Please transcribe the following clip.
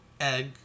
egg